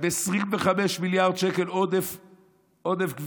את ב-25 מיליארד שקל עודף גבייה,